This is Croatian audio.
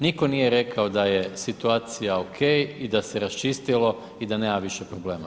Niko nije rekao da je situacija ok i da se raščistilo i da nema više problema.